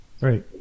Right